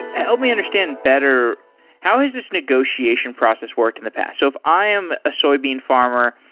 help me understand better how has this negotiation process worked in the past? so if i am a soybean farmer,